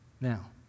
Now